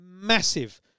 Massive